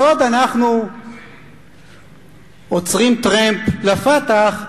בעוד אנחנו עוצרים טרמפ ל"פתח",